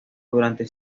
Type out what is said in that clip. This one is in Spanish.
durante